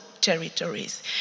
territories